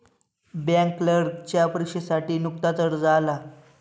bank क्लर्कच्या परीक्षेसाठी नुकताच अर्ज आला